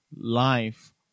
life